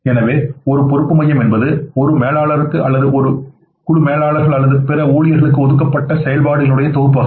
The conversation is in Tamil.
எனவே ஒரு பொறுப்பு மையம் என்பது ஒரு மேலாளருக்கு அல்லது ஒரு குழு மேலாளர்கள் அல்லது பிற ஊழியர்களுக்கு ஒதுக்கப்பட்ட செயல்பாடுகளின் தொகுப்பாகும்